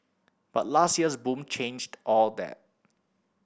but last year's boom changed all that